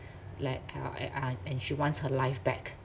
like uh eh uh and she wants her life back